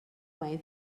way